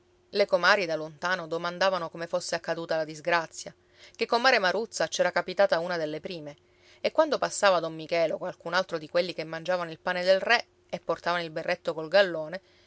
le comari da lontano domandavano come fosse accaduta la disgrazia ché comare maruzza c'era capitata una delle prime e quando passava don michele o qualcun altro di quelli che mangiavano il pane del re e portavano il berretto col gallone